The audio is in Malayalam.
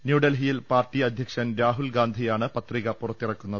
ന്യൂഡൽഹിയിൽ പാർട്ടി അധ്യക്ഷൻ രാഹുൽ ഗാന്ധിയാണ് പത്രിക പുറത്തിറക്കുന്നത്